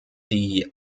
die